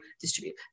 distribute